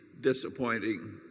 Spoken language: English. disappointing